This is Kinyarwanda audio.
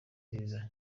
nziza